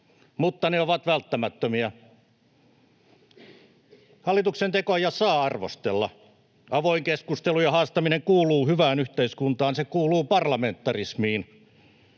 mutta ne ovat välttämättömiä. Hallituksen tekoja saa arvostella. Avoin keskustelu ja haastaminen kuuluvat hyvään yhteiskuntaan. Ne kuuluvat parlamentarismiin.